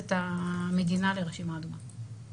את המדינה לרשימת המדינות האדומות.